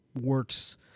works